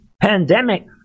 pandemic